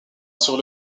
sur